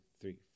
three